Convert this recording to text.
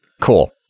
Cool